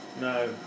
No